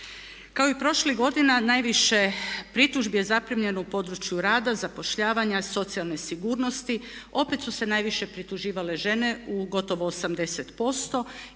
Kao i prošlih godina najviše pritužbi je zaprimljeno u području rada, zapošljavanja, socijalne sigurnosti. Opet su se najviše prituživale žene u gotovo 80%